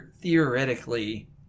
theoretically